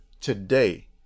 today